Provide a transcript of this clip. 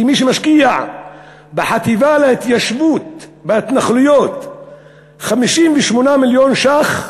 כי מי שמשקיע בחטיבה להתיישבות בהתנחלויות 58 מיליון שקל,